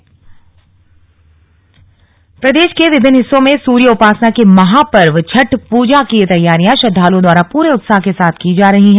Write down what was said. छठ की तैयारी प्रदेश के विभिन्न हिस्सों में सूर्य उपासना के महापर्व छठ प्रजा की तैयारियां श्रद्धालुओं द्वारा पूरे उत्साह के साथ की जा रही है